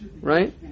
right